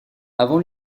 avant